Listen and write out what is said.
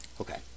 Okay